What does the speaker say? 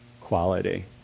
quality